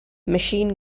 machine